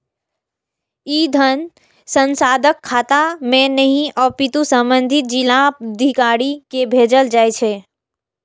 ई धन सांसदक खाता मे नहि, अपितु संबंधित जिलाधिकारी कें भेजल जाइ छै